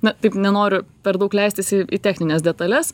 na taip nenoriu per daug leistis į į technines detales